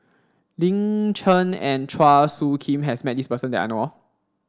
Lin Chen and Chua Soo Khim has met this person that I know of